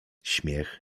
śmiech